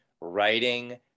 writing